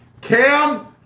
Cam